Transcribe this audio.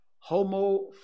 Homo